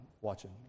watching